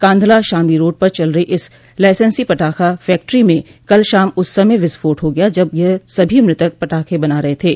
Kandhla Shamli road पर चल रही इस लाइसेंसी पटाखा फैक्ट्री में कल शाम उस समय विस्फोट हो गया जब यह सभी मृतक पटाखे बना रहे थे